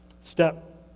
step